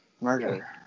murder